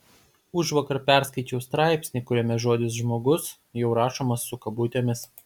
užvakar perskaičiau straipsnį kuriame žodis žmogus jau rašomas su kabutėmis